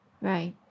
Right